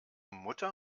mutter